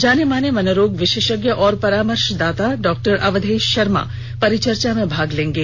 जाने माने मनोरोग विशेषज्ञ और परामर्शदाता डॉक्टर अवधेश शर्मा परिचर्चा में भाग लेंगे